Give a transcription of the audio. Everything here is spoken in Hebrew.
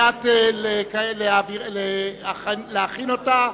כדי להכין אותה